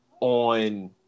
on